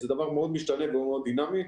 זה דבר מאוד משתנה ומאוד דינמי.